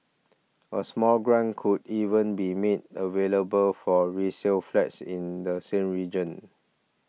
a small grant could even be made available for resale flats in the same region